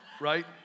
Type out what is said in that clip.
Right